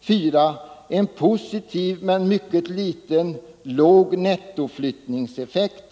4. En positiv men mycket liten nettoflyttningseffekt.